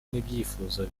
n’ibyifuzo